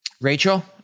Rachel